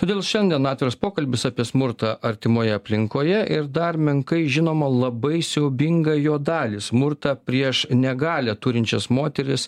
todėl šiandien atviras pokalbis apie smurtą artimoje aplinkoje ir dar menkai žinomo labai siaubingą jo dalį smurtą prieš negalią turinčias moteris